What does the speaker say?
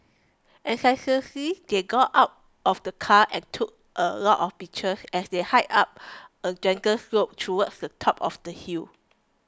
enthusiastically they got out of the car and took a lot of pictures as they hiked up a gentle slope towards the top of the hill